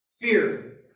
Fear